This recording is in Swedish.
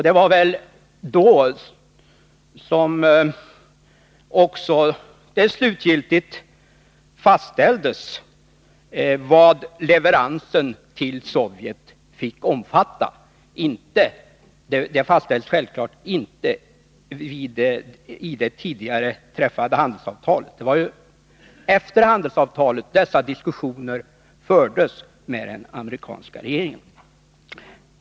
Det var väl då som det också slutgiltigt fastställdes vad leveransen till Sovjet fick omfatta. Det fastställdes självfallet inte i det tidigare träffade handelsavtalet. Det var ju efter avtalet som dessa diskussioner fördes med den amerikanska regeringen.